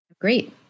Great